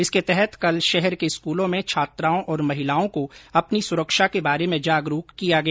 इसके तहत कल शहर के स्कूलों में छात्राओं और महिलाओं को अपनी सुरक्षा के बारे में जागरूक किया गया